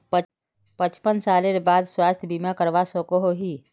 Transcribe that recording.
पचपन सालेर बाद स्वास्थ्य बीमा करवा सकोहो ही?